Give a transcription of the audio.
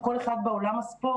או כל אחד בעולם הספורט